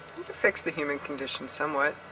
fix the human condition somewhat.